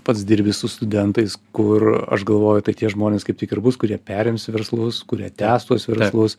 pats dirbi su studentais kur aš galvoju kad tie žmonės kaip tik ir bus kurie perims verslus kurie tęs tuos verslus